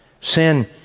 Sin